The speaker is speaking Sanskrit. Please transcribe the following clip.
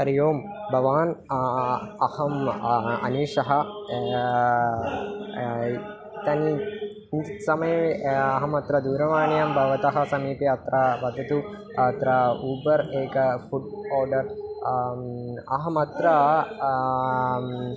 हरिः ओम् भवान् अहम् अनीशः तानि किञ्चित् समये अहमत्र दूरवाण्यां भवतः समीपे अत्र वदतु अत्र उबर् एकं फ़ुड् आर्डर् अहमत्र